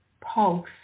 pulse